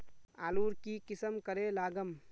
आलूर की किसम करे लागम?